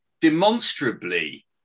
demonstrably